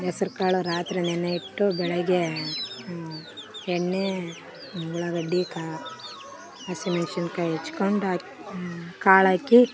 ಹೆಸ್ರ್ ಕಾಳು ರಾತ್ರಿ ನೆನೆಯಿಟ್ಟು ಬೆಳಗ್ಗೇ ಎಣ್ಣೆ ಉಳ್ಳಾಗಡ್ಡಿ ಕಾ ಹಸಿಮೆಣ್ಶಿನ್ಕಾಯಿ ಹೆಚ್ಕೊಂಡ್ ಹಾಕ್ ಕಾಳು ಹಾಕಿ